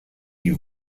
die